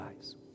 eyes